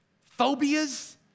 phobias